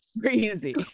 crazy